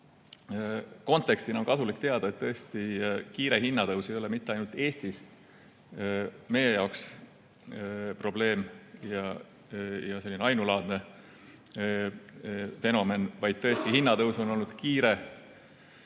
kontekstina on kasulik teada, et tõesti, kiire hinnatõus ei ole mitte ainult Eesti probleem ja selline ainulaadne fenomen, vaid tõesti hinnatõus on viimase